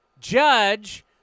Judge